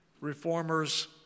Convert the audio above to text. reformers